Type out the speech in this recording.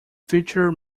future